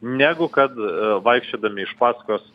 negu kad vaikščiodami iš paskos